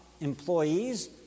employees